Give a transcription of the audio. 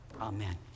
amen